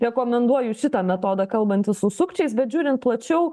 rekomenduoju šitą metodą kalbantis su sukčiais bet žiūrint plačiau